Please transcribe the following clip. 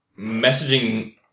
messaging